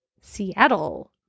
Seattle